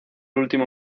último